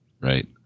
Right